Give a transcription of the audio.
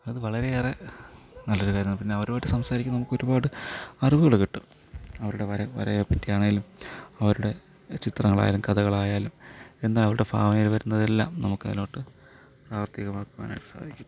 അത് വളരെ ഏറെ നല്ല ഒരു കാര്യമാണ് പിന്നെ അവരുമായിട്ട് സംസാരിക്കും നമുക്ക് ഒരുപാട് അറിവുകൾ കിട്ടും അവരുടെ വര വരയെപ്പറ്റി ആണെങ്കിലും അവരുടെ ചിത്രങ്ങൾ ആയാലും കഥകൾ ആയാലും എന്താണ് അവരുടെ ഭാവനയിൽ വരുന്നതെല്ലാം നമുക്ക് അതിലോട്ട് പ്രാവർത്തികമാക്കുവാൻ ആയിട്ട് സഹായിക്കട്ടെ